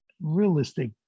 realistic